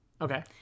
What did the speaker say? Okay